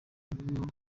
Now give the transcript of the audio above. niwe